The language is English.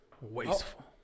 Wasteful